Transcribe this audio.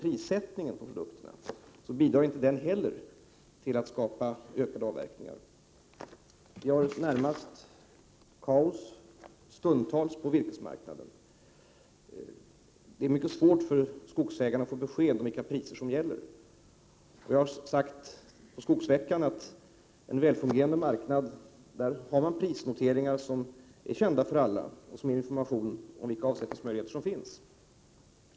Prissättningen på produkterna bidrar inte heller till att avverkningarna ökar. Det råder stundtals närmast ett kaos på virkesmarknaden, och det är mycket svårt för skogsägarna att få besked om vilka priser som gäller. Jag sade under skogsveckan att man på en välfungerande marknad har prisnoteringar som är kända för alla och som ger information om vilka avsättningsmöjligheter som finns.